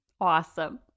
Awesome